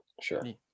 Sure